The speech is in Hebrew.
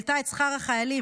העלתה את שכר החיילים,